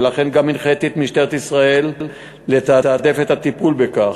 ולכן גם הנחיתי את משטרת ישראל לתעדף את הטיפול בכך,